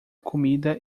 comida